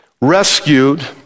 rescued